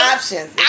Options